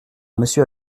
monsieur